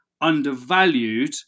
undervalued